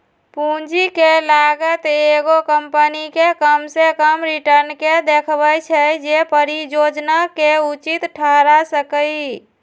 पूंजी के लागत एगो कंपनी के कम से कम रिटर्न के देखबै छै जे परिजोजना के उचित ठहरा सकइ